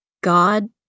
God